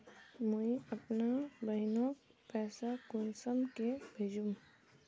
मुई अपना बहिनोक पैसा कुंसम के भेजुम?